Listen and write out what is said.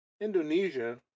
Indonesia